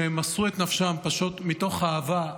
שהם מסרו את נפשם פשוט מתוך אהבה,